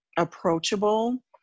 approachable